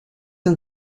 and